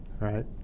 right